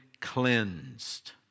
cleansed